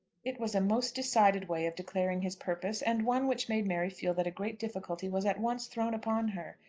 it was a most decided way of declaring his purpose, and one which made mary feel that great difficulty was at once thrown upon her.